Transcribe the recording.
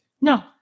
No